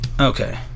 Okay